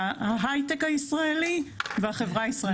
ההייטק הישראלי והחברה הישראלית.